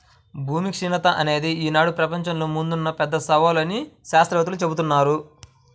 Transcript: భూమి క్షీణత అనేది ఈనాడు ప్రపంచం ముందున్న పెద్ద సవాలు అని శాత్రవేత్తలు జెబుతున్నారు